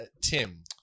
Tim